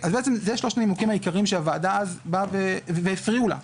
אלה שלושת הנימוקים העיקריים שהוועדה אז באה והפריעו לה.